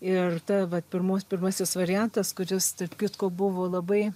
ir ta vat pirmos pirmasis variantas kuris tarp kitko buvo labai